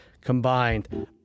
combined